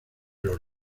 los